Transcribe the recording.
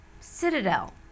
Citadel